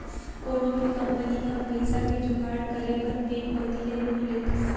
कोनो भी कंपनी ह पइसा के जुगाड़ करे बर बेंक कोती ले लोन लेथे